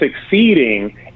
succeeding